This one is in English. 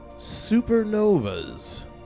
supernovas